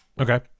Okay